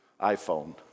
iPhone